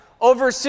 over